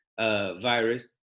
virus